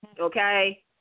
Okay